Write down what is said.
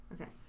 Okay